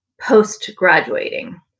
post-graduating